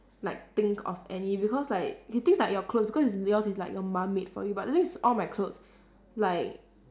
like think of any because like K things like your clothes because is yours is like your mum made for you but the thing is all my clothes like